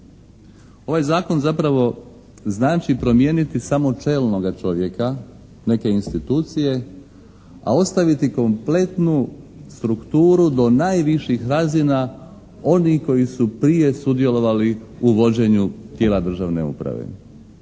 Ovaj zakon zapravo znači promijeniti samo čelnoga čovjeka neke institucije, a ostaviti kompletnu strukturu do najviših razina onih koji su prije sudjelovali u vođenju tijela državne uprave.